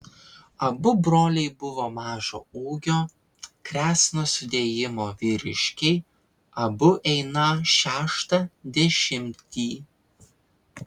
abu broliai buvo mažo ūgio kresno sudėjimo vyriškiai abu einą šeštą dešimtį